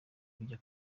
kujya